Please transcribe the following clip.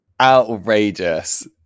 Outrageous